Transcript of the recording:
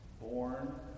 born